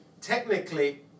technically